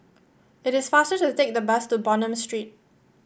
it is faster to take the bus to Bonham Street